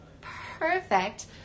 perfect